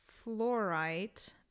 fluorite